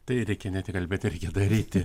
tai reikia ne tik kalbėti ir daryti